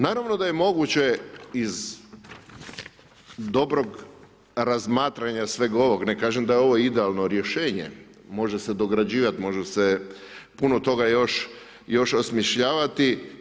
Naravno da je moguće iz dobrog razmatranja sveg ovog, ne kažem da je ovo idealno rješenje, može se dograđivati, može se puno toga još osmišljavati.